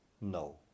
No